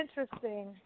interesting